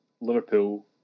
Liverpool